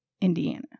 Indiana